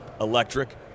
electric